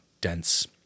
dense